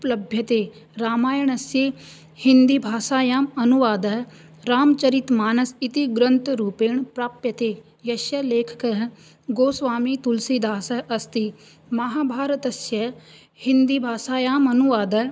उपलभ्यते रामायणस्य हिन्दीभाषायाम् अनुवादः रामचरितमानस् इति ग्रन्थरूपेण प्राप्यते यस्य लेखकः गोस्वामीतुलसीदासः अस्ति महाभारतस्य हिन्दीभाषायाम् अनुवादः